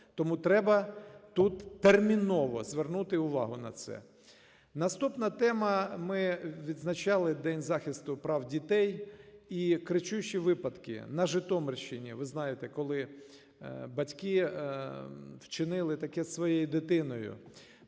Тому треба тут терміново звернути увагу на це. Наступна тема. Ми відзначали День захисту прав дітей. І кричущі випадки. На Житомирщині, ви знаєте, коли батьки вчинили таке із своєю дитиною.